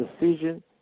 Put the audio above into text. decision